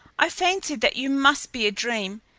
i fancied that you must be a dream,